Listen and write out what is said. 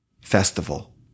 festival